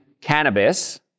cannabis